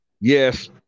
yes